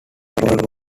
role